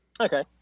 Okay